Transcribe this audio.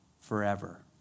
forever